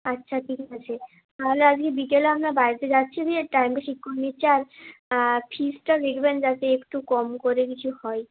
আচ্ছা ঠিক আছে তাহলে আজকে বিকেলে আপনার বাড়িতে যাচ্ছি গিয়ে টাইমটা ঠিক করে নিচ্ছি আর ফিসটা দেখবেন যাতে একটু কম করে কিছু হয়